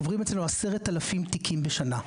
עוברים אצלנו 10 אלפים תיקים בשנה,